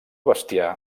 bestiar